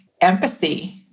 empathy